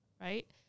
right